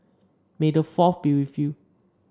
may the Fourth be with you